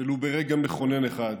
ולו ברגע מכונן אחד,